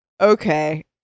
okay